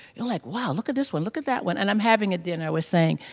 you're like wow look at this one, look at that one and i'm having a dinner, we're saying,